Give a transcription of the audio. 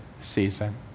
season